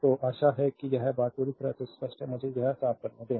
तो आशा है कि यह बात पूरी तरह से स्पष्ट है मुझे यह साफ करने दें